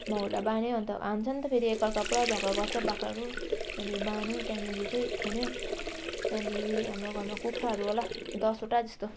माउहरूलाई बान्यो अन्त हान्छ नि त फेरि एक अर्का पुरा झगडा गर्छ बाख्राहरू त्यहाँदेखि बाँध्यो त्यहाँदेखि चाहिँ थुन्यो त्यहाँदेखि हाम्रो घरमा कुखुराहरू होला दसवटा जस्तो